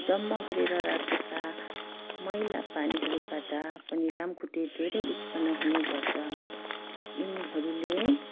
जम्मा गरेर राखेका मैला पानीहरूबाट पनि लामखुट्टे धेरै उत्पन्न हुने गर्छ यिनीहरूले